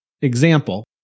Example